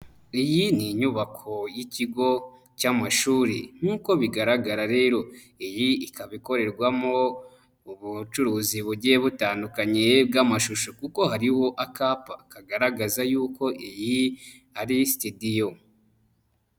Iyi ni inyubako y'ikigo cy'amashuri nkuko bigaragara rero, iyi ikaba ikorerwamo ubucuruzi bugiye butandukanye bw'amashusho kuko hariho akapa kagaragaza yuko iyi ari sitidiyo.